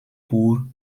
pour